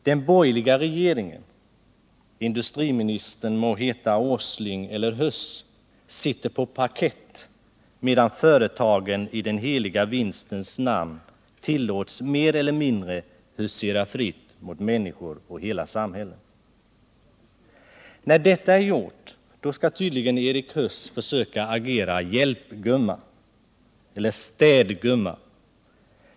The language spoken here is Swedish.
Den borgerliga regeringen — industriministern må heta Åsling eller Huss — sitter på parkett, medan företagen i den heliga vinstens namn tillåts husera mer eller mindre fritt mot människor och hela samhällen. När detta är gjort skall - Nr 31 tydligen Erik Huss försöka agera städgumma.